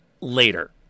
later